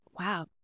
wow